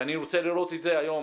אני רוצה לראות את זה היום.